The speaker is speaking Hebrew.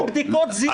(היו"ר אוסאמה סעדי, 12:00) בדיקות זיהוי